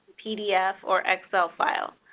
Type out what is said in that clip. pdf, or excel file.